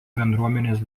bendruomenės